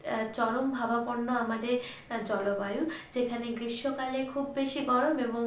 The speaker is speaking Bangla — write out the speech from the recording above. চরমভাবাপন্ন আমাদের জলবায়ু যেখানে গ্রীষ্মকালে খুব বেশি গরম এবং